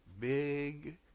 big